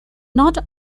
not